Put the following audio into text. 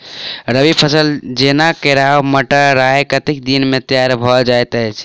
रबी फसल जेना केराव, मटर, राय कतेक दिन मे तैयार भँ जाइत अछि?